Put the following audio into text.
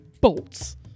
bolts